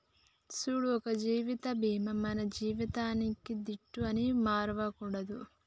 సూడు ఒక జీవిత బీమా మన జీవితానికీ దీటు అని మరువకుండు